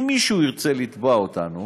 אם מישהו ירצה לתבוע אותנו,